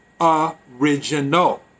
original